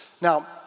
Now